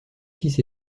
fils